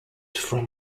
from